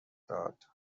داد